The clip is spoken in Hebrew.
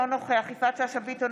אינו נוכח יפעת שאשא ביטון,